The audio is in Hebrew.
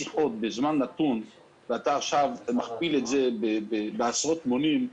שיחות בזמן נתון ומכפילים את זה בעשרות מונים,